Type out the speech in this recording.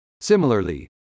Similarly